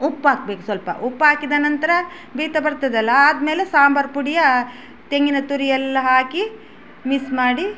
ಉಪ್ಪು ಹಾಕಬೇಕು ಸ್ವಲ್ಪ ಉಪ್ಪು ಹಾಕಿದ ನಂತರ ಬೇಯ್ತಾ ಬರ್ತದಲ್ಲ ಆದ್ಮೇಲೆ ಸಾಂಬಾರು ಪುಡಿಯ ತೆಂಗಿನ ತುರಿ ಎಲ್ಲ ಹಾಕಿ ಮಿಸ್ ಮಾಡಿ